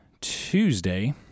Tuesday